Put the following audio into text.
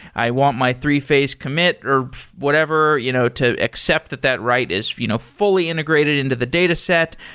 i want my three phase commit, or whatever. you know to accept that that write is you know fully integrated into the dataset,